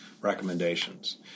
recommendations